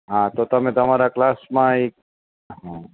હા તો તમે તમારા ક્લાસમાં ઈ હં